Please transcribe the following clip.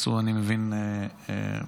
מצאו אני מבין לצערנו